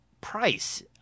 Price